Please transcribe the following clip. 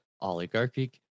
oligarchic